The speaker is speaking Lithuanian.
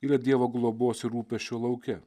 yra dievo globos rūpesčio lauke